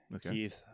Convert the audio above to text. Keith